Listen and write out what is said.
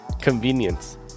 convenience